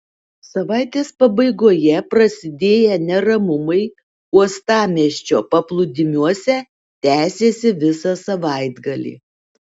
savaitės pabaigoje prasidėję neramumai uostamiesčio paplūdimiuose tęsėsi visą savaitgalį